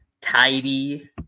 tidy